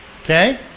okay